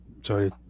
sorry